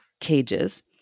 cages